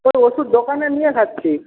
ওষুধ দোকানে নিয়ে খাচ্ছি